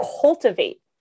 cultivate